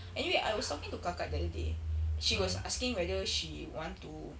anyway I was talking to kakak the other day she was asking whether she want to